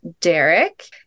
Derek